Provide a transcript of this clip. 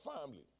family